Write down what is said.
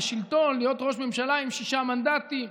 לשלטון, להיות ראש ממשלה עם שישה מנדטים,